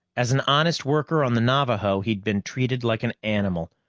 as an honest worker on the navaho he'd been treated like an animal.